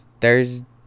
Thursday